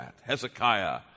Hezekiah